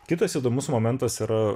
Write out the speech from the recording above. kitas įdomus momentas yra